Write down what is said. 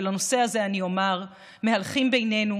ולנושא הזה אני אומר: מהלכים בינינו,